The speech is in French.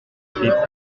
traits